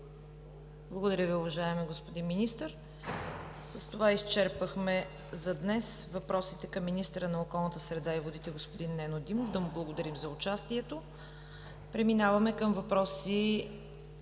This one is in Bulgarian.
Благодаря Ви, уважаеми господин Министър. С това изчерпахме въпросите за днес към министъра на околната среда и водите господин Нено Димов. Да му благодарим за участието. Преминаваме към въпроси